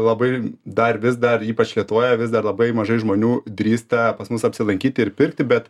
labai dar vis dar ypač lietuvoje vis dar labai mažai žmonių drįsta pas mus apsilankyti ir pirkti bet